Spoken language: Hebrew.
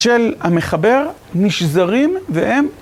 של המחבר נשזרים, והם